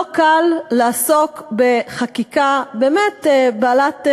לא קל לעסוק בחקיקה בעלת